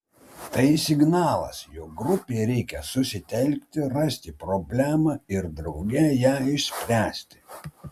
tai signalas jog grupei reikia susitelkti rasti problemą ir drauge ją išspręsti